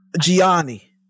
Gianni